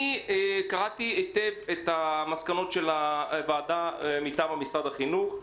קראתי היטב את המסקנות של הוועדה מטעם משרד החינוך.